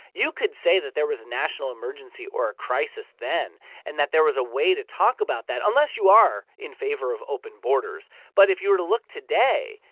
you could say that there was a national emergency or a crisis then and that there was a way to talk about that, unless you are in favor of open borders. but if you were to look today,